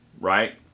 right